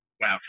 Wow